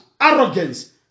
arrogance